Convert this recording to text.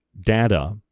data